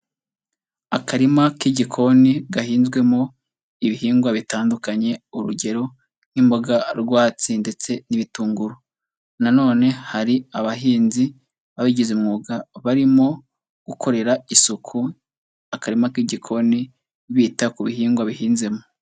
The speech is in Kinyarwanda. Akarima k'igikoni gahinzwemo ibihingwa bitandukanye, urugero nk'imboga rwatsi ndetse n'ibitunguru, nanone hari abahinzi babigize umwuga barimo gukorera isuku akarima k'igikoni, bita ku bihingwa bihinzemo.